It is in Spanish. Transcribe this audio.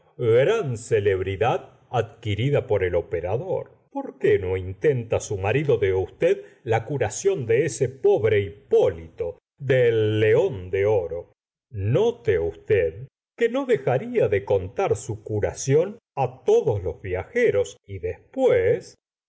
gran celebridad adquirida por el operador por qué no intenta su marido de usted la curación de ese pobre hipólito de el león de oro note usted que no dejarla de contar su curación todos los viajeros y después